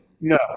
No